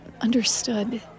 understood